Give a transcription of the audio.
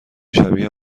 شبیه